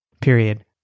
Period